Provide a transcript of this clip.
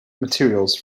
materials